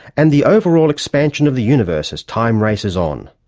and the overall expansion of the universe as time races on,